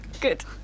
Good